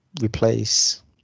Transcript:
replace